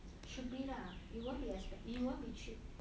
should be lah it won't be expensive it won't be cheap